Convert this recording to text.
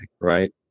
right